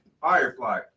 Firefly